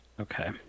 okay